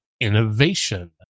innovation